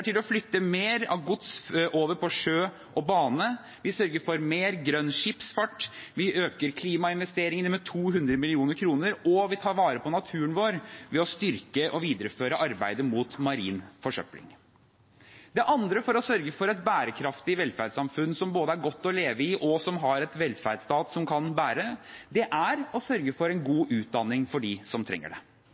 til å flytte mer av gods over på sjø og bane, vi sørger for mer grønn skipsfart, vi øker klimainvesteringene med 200 mill. kr, og vi tar vare på naturen vår ved å styrke og videreføre arbeidet mot marin forsøpling. Det andre vi må gjøre for å få et bærekraftig velferdssamfunn som både er godt å leve i og har en velferdsstat som kan bære, er å sørge for en god utdanning for dem som trenger det.